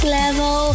level